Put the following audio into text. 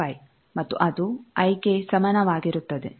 15 ಮತ್ತು ಅದು ಐ ಗೆ ಸಮಾನವಾಗಿರುತ್ತದೆ